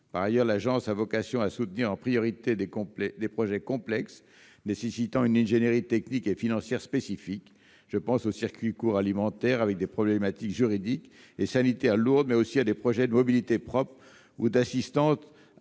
Par ailleurs, l'agence a vocation à soutenir en priorité des projets complexes nécessitant une ingénierie technique et financière spécifique- je pense aux circuits alimentaires courts, qui impliquent des problématiques juridiques et sanitaires lourdes, mais aussi à des projets de mobilité propre ou d'assistance à l'entretien